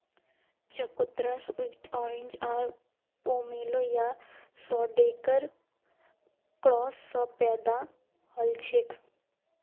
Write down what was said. चकोतरा sweet orange or pomelo या शैडॉकेर क्रॉस स पैदा हलछेक